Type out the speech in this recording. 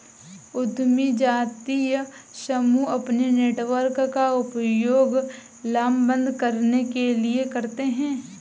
उद्यमी जातीय समूह अपने नेटवर्क का उपयोग लामबंद करने के लिए करते हैं